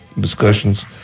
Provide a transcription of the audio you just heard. discussions